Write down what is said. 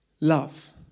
Love